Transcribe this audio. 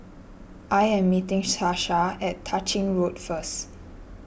I am meeting Sasha at Tah Ching Road first